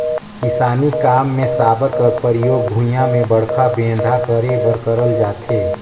किसानी काम मे साबर कर परियोग भुईया मे बड़खा बेंधा करे बर करल जाथे